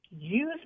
use